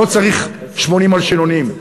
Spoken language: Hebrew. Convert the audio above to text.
לא צריך 80 מלשינונים.